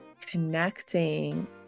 connecting